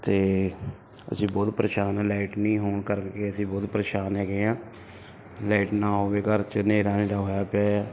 ਅਤੇ ਅਸੀਂ ਬਹੁਤ ਪ੍ਰੇਸ਼ਾਨ ਹਾਂ ਲਾਈਟ ਨਹੀਂ ਹੋਣ ਕਰਕੇ ਅਸੀਂ ਬਹੁਤ ਪ੍ਰੇਸ਼ਾਨ ਹੈਗੇ ਹਾਂ ਲੈਟ ਨਾ ਹੋਵੇ ਘਰ 'ਚ ਨ੍ਹੇਰਾ ਨ੍ਹੇਰਾ ਹੋਇਆ ਪਿਆ